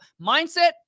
mindset